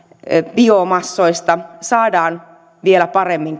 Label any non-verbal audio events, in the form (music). biomassoista saadaan vielä paremmin (unintelligible)